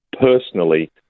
personally